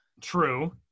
True